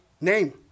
name